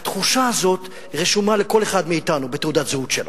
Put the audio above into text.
והתחושה הזאת רשומה לכל אחד מאתנו בתעודת הזהות שלו,